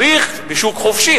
צריך שוק חופשי.